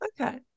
Okay